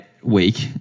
Week